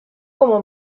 como